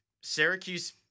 Syracuse